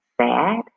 sad